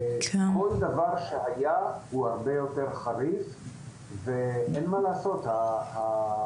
כל דבר שהיה הוא הרבה יותר חריף ואין מה לעשות האינטראקציה